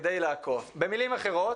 במלים אחרות,